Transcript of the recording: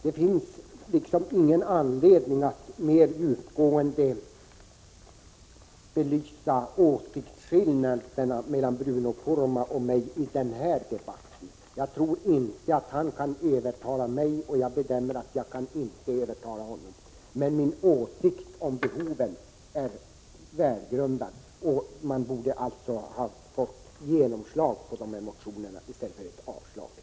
Det finns ingen anledning att mera djupgående belysa åsiktsskillnaderna mellan Bruno Poromaa och mig i den här debatten. Jag tror inte att han kan övertala mig, och jag bedömer att jag inte kan övertala honom. Men min åsikt om behoven är välgrundad. Man borde alltså få genomslag för motionerna i stället för avslag på dem.